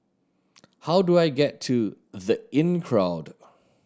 how do I get to The Inncrowd